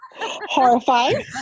Horrifying